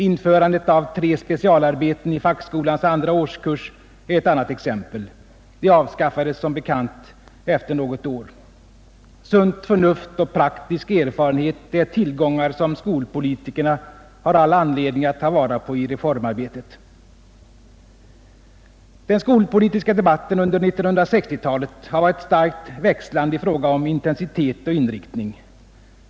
Införandet av tre specialarbeten i fackskolans andra årskurs är ett annat exempel. Det avskaffades som bekant efter något år. Sunt förnuft och praktisk erfarenhet är tillgångar som skolpolitikerna har all anledning att ta vara på i reformarbetet. Den skolpolitiska debatten under 1960-talet har varit starkt växlande i fråga om intensitet och inriktning.